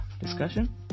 discussion